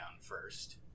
first